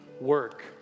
work